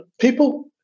people –